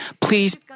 please